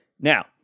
Now